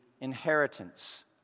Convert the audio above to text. inheritance